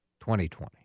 2020